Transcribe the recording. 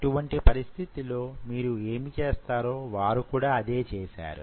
అటువంటి పరిస్థితి లో మీరు యేమిచేస్తారో వారు కూడా అదే చేశారు